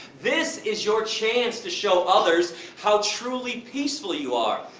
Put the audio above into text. this is your chance to show others how truly peaceful you are.